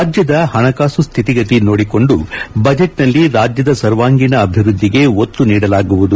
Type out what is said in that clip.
ರಾಜ್ಯದ ಹಣಕಾಸು ಸ್ವಿತಿಗತಿ ನೋಡಿಕೊಂಡು ಬಜೆಟ್ನಲ್ಲಿ ರಾಜ್ಯದ ಸರ್ವಾಂಗೀಣ ಅಭಿವೃದ್ದಿಗೆ ಒತ್ತು ನೀಡಲಾಗುವುದು